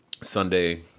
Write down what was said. Sunday